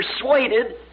persuaded